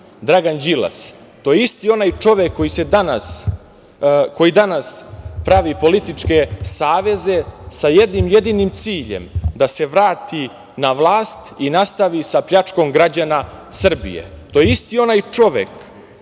Dragan Đilas. To je isti onaj čovek koji danas pravi političke saveze sa jednim ciljem, a to je da se vratim na vlast i nastavi sa pljačkom građana Srbije. To je isti onaj čovek